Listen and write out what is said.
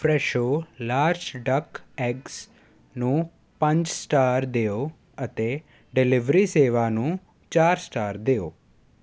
Fresho large duck eggs ਨੂੰ ਪੰਜ star ਦਿਓ ਅਤੇ ਡਿਲੀਵਰੀ ਸੇਵਾ ਨੂੰ ਚਾਰ ਸਟਾਰ ਦਿਓ